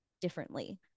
differently